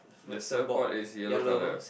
the soft board is yellow colour